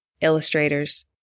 illustrators